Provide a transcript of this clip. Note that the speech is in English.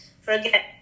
forget